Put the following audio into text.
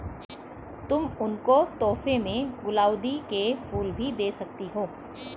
तुम उनको तोहफे में गुलाउदी के फूल भी दे सकती हो